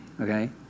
okay